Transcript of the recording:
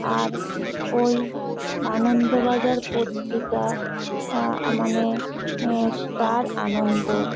আর ওই আনন্দবাজার পত্রিকা মানে স্টার আনন্দ